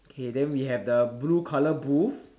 okay then we have the blue colour booth